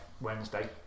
wednesday